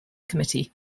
committee